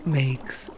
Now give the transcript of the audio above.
makes